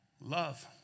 love